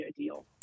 ideal